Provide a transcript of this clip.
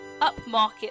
upmarket